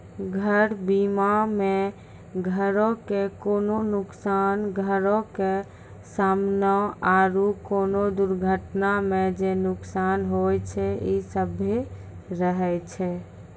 घर बीमा मे घरो के कोनो नुकसान, घरो के समानो आरु कोनो दुर्घटना मे जे नुकसान होय छै इ सभ्भे रहै छै